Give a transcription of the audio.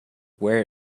where